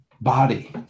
body